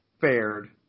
fared